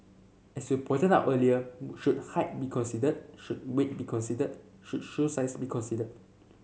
as you pointed out earlier should height be considered should weight be considered should shoe size be considered